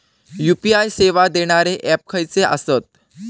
UPI सेवा देणारे app खयचे आसत?